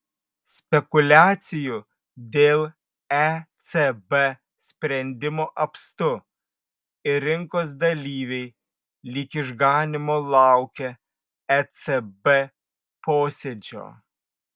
spekuliacijų dėl ecb sprendimo apstu ir rinkos dalyviai lyg išganymo laukia ecb posėdžio